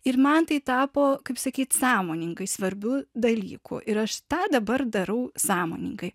ir man tai tapo kaip sakyt sąmoningai svarbiu dalyku ir aš tą dabar darau sąmoningai